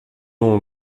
nom